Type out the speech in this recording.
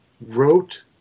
wrote